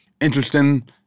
interesting